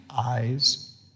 eyes